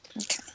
Okay